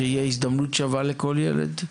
שתהיה הזדמנות שווה לכל ילד,